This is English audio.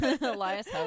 Elias